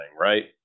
right